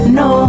no